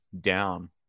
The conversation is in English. down